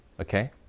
okay